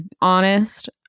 honest